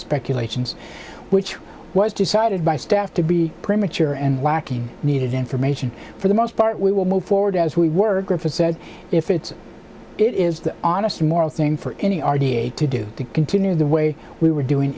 speculations which was decided by staff to be premature and lacking needed information for the most part we will move forward as we work for said if it's it is the honest and moral thing for any r t a to do to continue the way we were doing